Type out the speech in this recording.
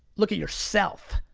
look at yourself.